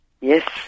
Yes